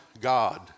God